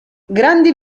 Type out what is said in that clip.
grandi